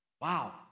Wow